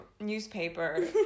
newspaper